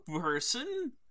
person